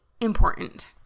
important